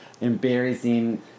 embarrassing